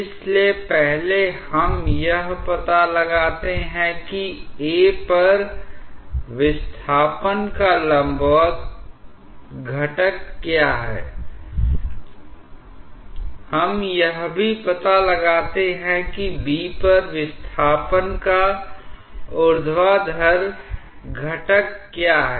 इसलिए पहले हम यह पता लगाते हैं कि A पर विस्थापन का लंबवत घटक क्या है हम यह भी पता लगाते हैं कि B पर विस्थापन का ऊर्ध्वाधर घटक क्या है